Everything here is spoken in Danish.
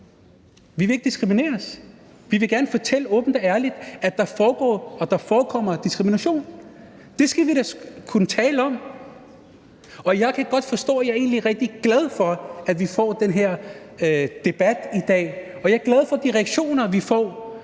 – vil ikke diskrimineres. Vi vil gerne fortælle åbent og ærligt, at der foregår og forekommer diskrimination. Det skal vi da kunne tale om. Jeg er egentlig rigtig glad for, at vi får den her debat i dag. Jeg er glad for de reaktioner, som vi får